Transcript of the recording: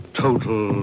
total